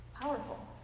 Powerful